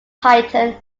titan